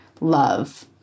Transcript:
love